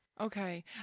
okay